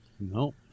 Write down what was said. No